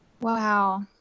Wow